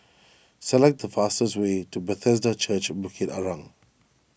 select the fastest way to Bethesda Church Bukit Arang